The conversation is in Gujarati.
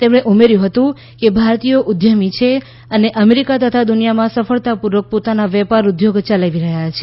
તેમણે ઉમેર્યું હતું કે ભારતીયો ઉદ્યમી છે અને અમેરિકા તથા દુનિયામાં સફળતાપૂર્વક પોતાના વેપાર ઉદ્યોગ ચલાવી રહ્યા છે